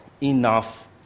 enough